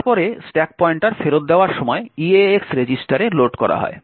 তারপরে stack pointer ফেরত দেওয়ার সময় eax রেজিস্টারে লোড করা হয়